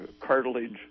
cartilage